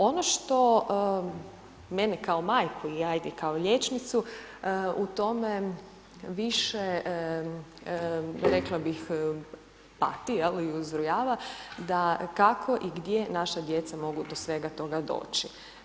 Ono što mene kao majku i ajde kao liječnicu u tome više rekla bih pati jel i uzrujava da kako i gdje naša djeca mogu do svega toga doći.